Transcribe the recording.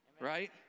Right